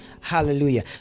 Hallelujah